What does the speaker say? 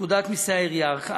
פקודת מסי העירייה.